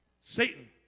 Satan